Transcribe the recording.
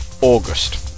August